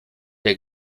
der